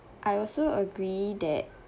I also agree that